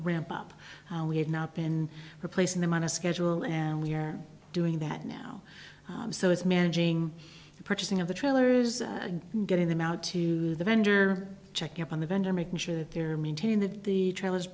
ramp up we have not been replacing them on a schedule and we're doing that now so it's managing the purchasing of the trailers and getting them out to the vendor checking up on the vendor making sure that they're maintaining that the trail